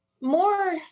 more